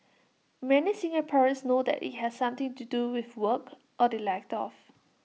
many Singaporeans know that IT has something to do with work or the lack of